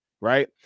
right